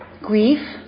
grief